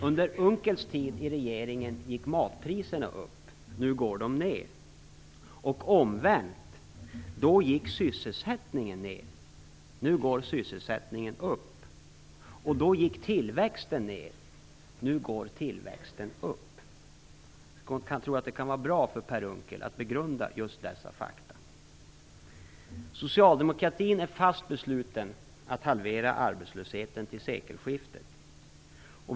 Under Unckels tid i regeringen gick matpriserna upp. Nu går de ned. Och omvänt: Då gick sysselsättningen ned. Nu går sysselsättningen upp. Då gick tillväxten ned. Nu går tillväxten upp. Jag tror att det kan vara bra för Per Unckel att begrunda just dessa fakta. Socialdemokratin är fast besluten att halvera arbetslösheten till sekelskiftet.